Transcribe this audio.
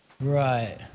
Right